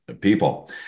people